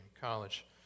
college